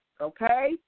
okay